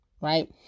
right